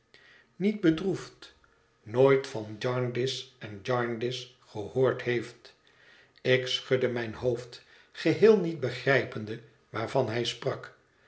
niet bedroefd nooit van jarndyce en jarndyce gehoord heeft ik schudde mijn hoofd geheel niet begrijpende waarvan hij sprak